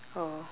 oh